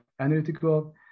analytical